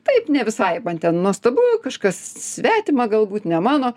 taip ne visai man ten nuostabu kažkas svetima galbūt ne mano